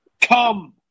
Come